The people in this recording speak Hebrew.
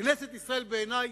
כנסת ישראל בעיני,